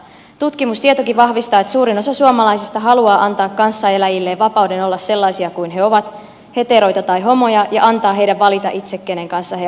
tutkimustietokin vahvistaa että suurin osa suomalaisista haluaa antaa kanssaeläjilleen vapauden olla sellaisia kuin he ovat heteroita tai homoja ja antaa heidän valita itse kenen kanssa he avioituvat